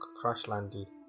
crash-landed